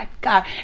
God